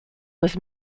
was